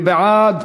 מי בעד?